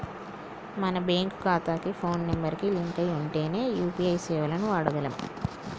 మన బ్యేంకు ఖాతాకి phone number కి లింక్ అయ్యి ఉంటేనే యూ.పీ.ఐ సేవలను వాడగలం